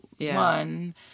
one